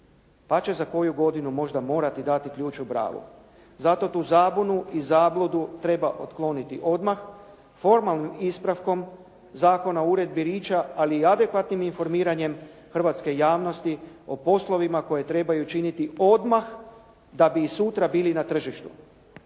pa će za koju godinu možda morati dati ključ u bravu. Zato tu zabunu i zabludu treba otkloniti odmah formalnim ispravkom Zakona o uredbi Richa, ali i adekvatnim informiranjem hrvatske javnosti o poslovima koje trebaju činiti odmah da bi i sutra bili na tržištu.